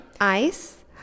ice